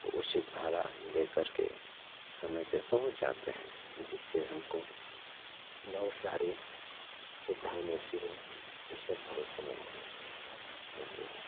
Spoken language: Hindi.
उचित भाड़ा देकर के समय पर पहुँच जाते हैं जिससे हमको बहुत सारी सुविधाएँ मिलती हैं इ सब भरोसेमंद हैं थैंक यू